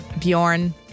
Bjorn